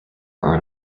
are